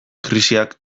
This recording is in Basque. krisiak